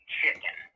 chicken